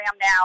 now